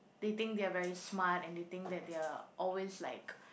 they think they are very smart and they think that they are always like